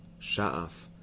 Shaaf